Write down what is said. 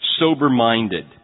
Sober-minded